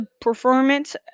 performance